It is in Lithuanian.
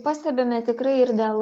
pastebime tikrai ir dėl